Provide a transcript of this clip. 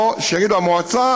או שיגידו המועצה,